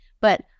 But-